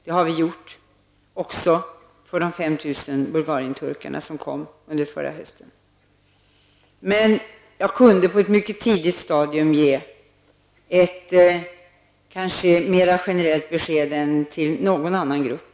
Det har vi gjort också i de 5 000 Jag kunde på ett mycket tidigt stadium ge ett besked som kanske var mer generellt än till någon annan grupp.